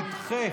אנחנו נדחה